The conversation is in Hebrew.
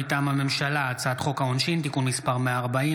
מטעם הממשלה: הצעת חוק העונשין (תיקון מס' 140,